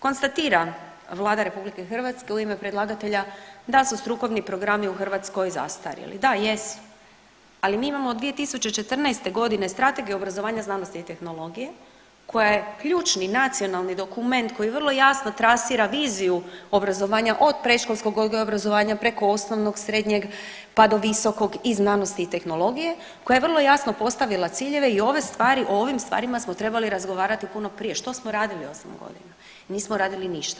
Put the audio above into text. Konstatira Vlada RH u ime predlagatelja da su strukovni programi u Hrvatskoj zastarjeli, da jesu, ali mi imamo od 2014.g. Strategiju obrazovanja znanosti i tehnologije koja je ključni nacionalni dokument koji vrlo jasno trasira viziju obrazovanja od predškolskog odgoja i obrazovanja preko osnovnog, srednjeg, pa do visokog i znanosti i tehnologije koja je vrlo jasno postavila ciljeve i ove stvari, o ovim stvarima smo trebali razgovarati puno prije, što smo radili 8.g., nismo radili ništa.